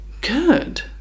good